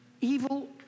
evil